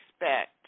expect